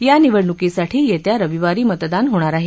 या निवडणुकीसाठी येत्या रविवारी मतदान होणार आहे